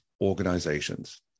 organizations